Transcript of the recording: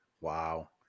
wow